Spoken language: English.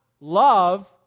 love